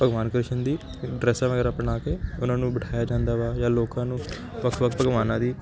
ਭਗਵਾਨ ਕ੍ਰਿਸ਼ਨ ਦੀ ਡਰੈਸਾਂ ਵਗੈਰਾ ਪਹਿਨਾ ਕੇ ਉਨ੍ਹਾਂ ਨੂੰ ਬਿਠਾਇਆ ਜਾਂਦਾ ਵਾ ਜਾਂ ਲੋਕਾਂ ਨੂੰ ਵੱਖ ਵੱਖ ਭਗਵਾਨਾਂ ਦੀ